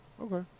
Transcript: Okay